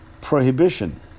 prohibition